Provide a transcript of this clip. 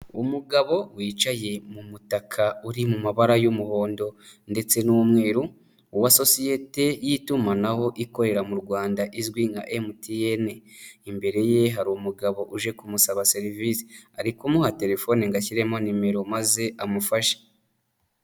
Umugabo wicaye mu mutaka uri mu mabara y'umuhondo ndetse n'umweruru, wa sosiyete y'itumanaho ikorera mu Rwanda izwi nka MTN, imbere ye harimu umugabo uje kumusaba serivisi ari kumuha telefone ngo ashyiremo nimero maze amufashe.